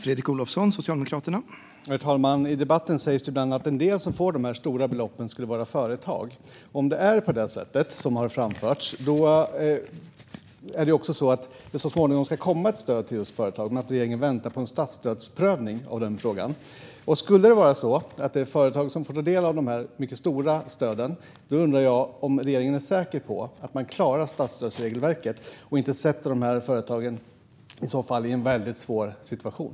Herr talman! I debatten sägs det ibland att en del av dem som får de här stora beloppen skulle vara företag. Om det är på det sätt som har framförts ska det också så småningom komma ett stöd till just företag, men i den frågan väntar regeringen på en statsstödsprövning. Skulle det vara så att det är företag som får ta del av de här mycket stora stöden undrar jag om regeringen är säker på att man klarar statsstödsregelverket och inte i så fall sätter dessa företag i en väldigt svår situation.